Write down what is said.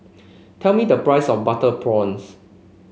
tell me the price of Butter Prawns